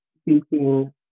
speaking